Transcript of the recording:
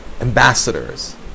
Ambassadors